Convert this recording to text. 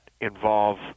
involve